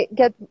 get